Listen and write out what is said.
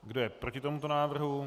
Kdo je proti tomuto návrhu?